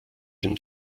den